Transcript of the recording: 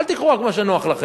אל תיקחו רק את מה שנוח לכם.